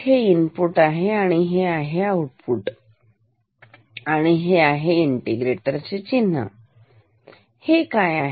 हे इनपुट आहे आणि ही आहे आऊटपूट आणि हे इंटिग्रेटर चे चिन्ह आहे हे काय आहे